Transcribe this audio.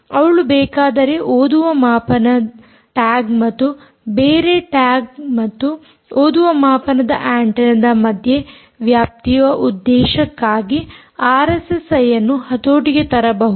ಅವಳು ಬೇಕಾದರೆ ಓದುವ ಮಾಪನದ ಟ್ಯಾಗ್ ಮತ್ತು ಬೇರೆ ಟ್ಯಾಗ್ ಮತ್ತು ಓದುವ ಮಾಪನದ ಆಂಟೆನ್ನದ ಮಧ್ಯೆ ವ್ಯಾಪ್ತಿಯ ಉದ್ದೇಶಕ್ಕಾಗಿ ಆರ್ಎಸ್ಎಸ್ಐ ಅನ್ನು ಹತೋಟಿಗೆ ತರಬಹುದು